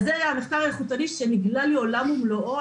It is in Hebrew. במחקר האיכותני נגלה לי עולם ומלואו,